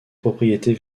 propriétés